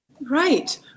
right